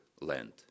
land